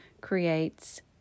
creates